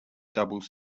doubles